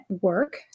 work